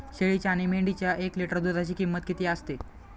शेळीच्या आणि मेंढीच्या एक लिटर दूधाची किंमत किती असते?